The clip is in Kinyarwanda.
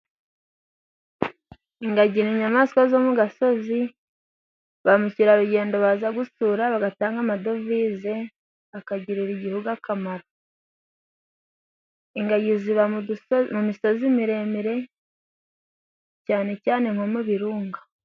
Ingagi inyamaswa zo mu gasozi, ba mukerarugendo baza gusura bagatanga amadovize akagirira igihugu akamaro. Ingagi ziba mu misozi miremire cyane cyane nko mu birunga.